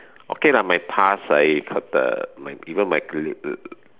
okay lah my past I the my even my colleague